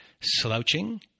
slouching